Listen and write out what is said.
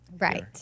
Right